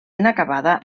inacabada